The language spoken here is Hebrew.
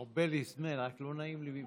הרבה לפני, רק לא היה לי נעים להפריע.